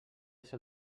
ser